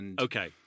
Okay